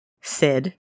Sid